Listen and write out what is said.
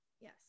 yes